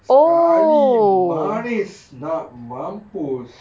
sekali manis nak mampus